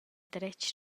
dretg